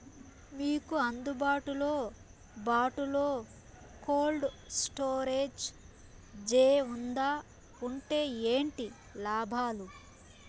మీకు అందుబాటులో బాటులో కోల్డ్ స్టోరేజ్ జే వుందా వుంటే ఏంటి లాభాలు?